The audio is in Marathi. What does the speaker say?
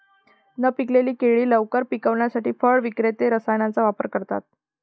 न पिकलेली केळी लवकर पिकवण्यासाठी फळ विक्रेते रसायनांचा वापर करतात